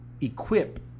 equip